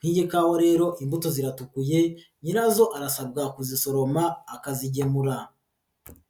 n'iyi kawa rero imbuto ziratukuye nyirazo arasabwa kuzisoroma akazigemura.